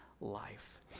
life